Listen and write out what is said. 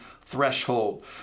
threshold